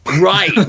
Right